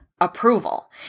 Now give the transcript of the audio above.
approval